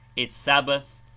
its sabbath,